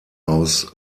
aus